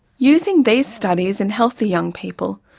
using these studies in healthy young people,